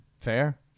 Fair